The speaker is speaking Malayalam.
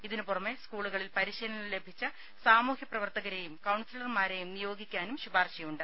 ഇതിന് പുറമെ സ്കൂളുകളിൽ പരിശീലനം ലഭിച്ച സാമൂഹ്യ പ്രവർത്തകരെയും കൌൺസലർമാരെയും നിയോഗിക്കാനും ശുപാർശയുണ്ട്